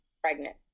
pregnant